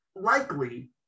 likely